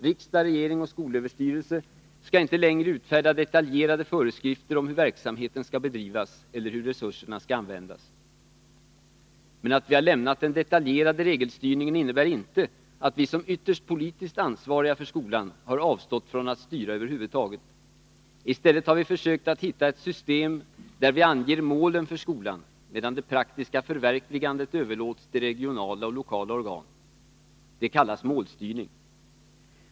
Riksdag, regering och skolöverstyrelse skall inte längre utfärda detaljerade föreskrifter om hur verksamheten skall bedrivas eller hur resurserna skall användas. Men att vi har lämnat den detaljerade regelstyrningen innebär inte att vi som ytterst politiskt ansvariga för skolan har avstått att styra över huvud taget. I stället har vi försökt att hitta ett system där vi anger målen för skolan, medan det praktiska förverkligandet överlåts till regionala och lokala organ. Det kallas målstyrning.